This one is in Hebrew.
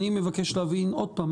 אני מבקש להבין עוד פעם,